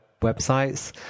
websites